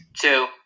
Two